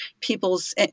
people's